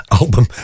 album